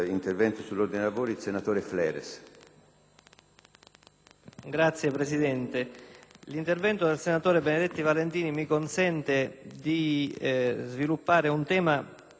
Signor Presidente, l'intervento del senatore Benedetti Valentini mi consente di affrontare un tema che mi ero già ripromesso di sviluppare oggi